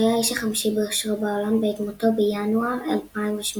שהיה האיש החמישי בעושרו בעולם בעת מותו בינואר 2018,